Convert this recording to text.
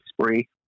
spree